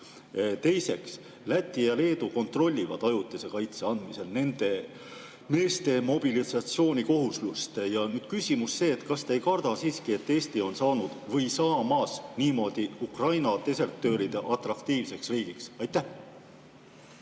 Teiseks, Läti ja Leedu kontrollivad ajutise kaitse andmisel nende meeste mobilisatsioonikohustust. Küsimus on see: kas te ei karda siiski, et Eesti on saanud või saamas niimoodi Ukraina desertööridele atraktiivseks riigiks? Suur